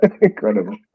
incredible